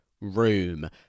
room